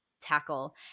tackle